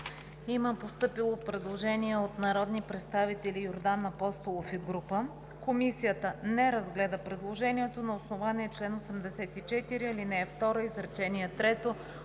Постъпило е предложение от народните представители Йордан Апостолов и Борис Ячев. Комисията не разгледа предложението на основание чл. 84, ал. 2, изречение